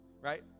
right